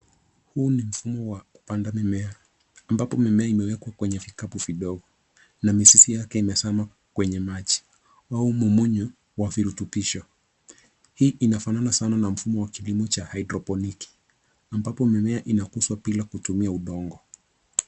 Huu ni mfumo wa kupanda mimea, ambapo mimea imewekwa kwenye vikapu vidogo na mizizi yake imezama kwenye maji au mumunyu wa virutubisho. Hii inafanana sana na mfumo wa kilimo cha haidroponiki, ambapo mimea inakuzwa bila kutumia udongo.